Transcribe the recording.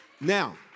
Now